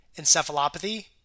encephalopathy